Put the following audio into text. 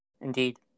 Indeed